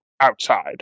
outside